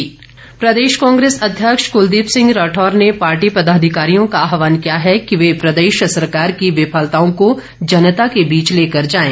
कांग्रेस प्रदेश कांग्रेस अध्यक्ष कुलदीप सिंह राठौर ने पार्टी पदाधिकारियों का आवाहन किया है कि वह प्रदेश सरकार की विफलताओं को जनता के बीच ले जाएं